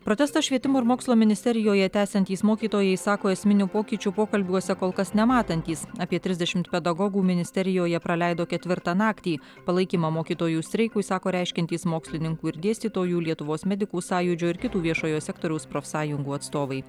protestą švietimo ir mokslo ministerijoje tęsiantys mokytojai sako esminių pokyčių pokalbiuose kol kas nematantys apie trisdešimt pedagogų ministerijoje praleido ketvirtą naktį palaikymą mokytojų streikui sako reiškiantys mokslininkų ir dėstytojų lietuvos medikų sąjūdžio ir kitų viešojo sektoriaus profsąjungų atstovai